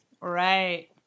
Right